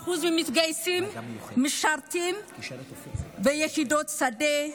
60% מהמתגייסים משרתים ביחידות שדה,